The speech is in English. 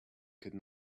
could